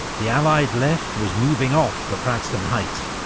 the allied left was moving off the pratzen heights,